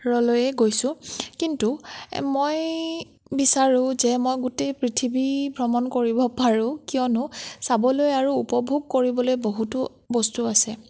ৰলৈয়ে গৈছোঁ কিন্তু মই বিচাৰোঁ যে মই গোটেই পৃথিৱী ভ্ৰমণ কৰিব পাৰোঁ কিয়নো চাবলৈ আৰু উপভোগ কৰিবলৈ বহুতো বস্তু আছে